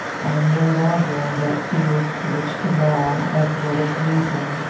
i am no longer on that field to which the law, as well as reason,